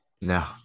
No